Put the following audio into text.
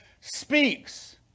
Speaks